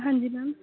ਹਾਂਜੀ ਮੈਮ